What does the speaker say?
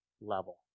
level